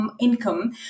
income